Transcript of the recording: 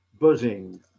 buzzing